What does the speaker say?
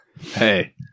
Hey